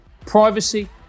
privacy